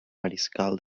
mariscal